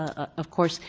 ah of course,